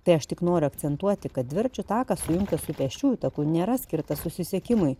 tai aš tik noriu akcentuoti kad dviračių takas sujungtas su pėsčiųjų taku nėra skirtas susisiekimui